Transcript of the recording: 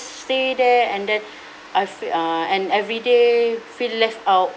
stay there ended I feel uh and everyday feel left out